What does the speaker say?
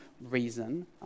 reason